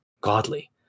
godly